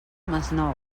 masnou